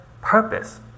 purpose